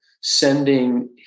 sending